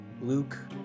Luke